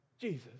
Jesus